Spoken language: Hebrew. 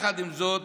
עם זאת,